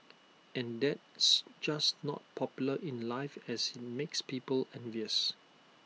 and that's just not popular in life as IT makes people envious